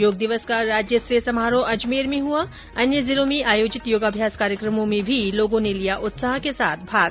योग दिवस का राज्यस्तरीय समारोह अजमेर में हुआ अन्य जिलों में आयोजित योगाभ्यास कार्यक्रमों में भी लोगो ने लिया उत्साह के साथ भाग